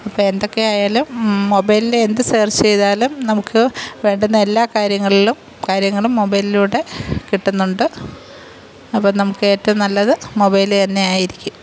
അപ്പോൾ എന്തൊക്കെയായാലും മൊബൈൽല് എന്ത് സേർച്ച് ചെയ്താലും നമുക്ക് വേണ്ടുന്ന എല്ലാ കാര്യങ്ങളിലും കാര്യങ്ങളും മൊബൈൽലൂടെ കിട്ടുന്നുണ്ട് അപ്പോൾ നമുക്ക് ഏറ്റവും നല്ലത് മൊബൈല് തന്നെയായിരിക്കും